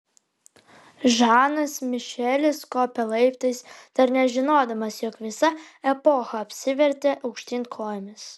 žanas mišelis kopė laiptais dar nežinodamas jog visa epocha apsivertė aukštyn kojomis